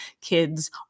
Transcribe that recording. kids